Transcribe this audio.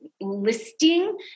listing